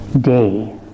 day